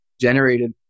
generated